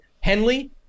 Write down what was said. Henley